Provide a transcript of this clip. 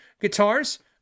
Guitars